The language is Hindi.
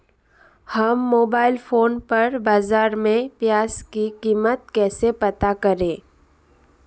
हम मोबाइल फोन पर बाज़ार में प्याज़ की कीमत कैसे पता करें?